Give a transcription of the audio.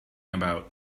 about